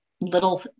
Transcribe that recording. little